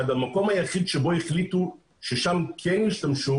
שהמקום היחיד שבו החליטו ששם כן ישתמשו